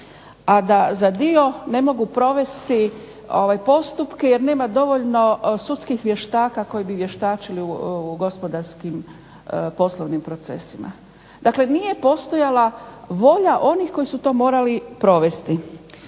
a da za dio ne mogu provesti postupke jer nema dovoljno sudskih vještaka koji bi vještačili u gospodarskim poslovnim procesima. Dakle, nije postojala volja onih koji su to morali provesti.